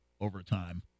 overtime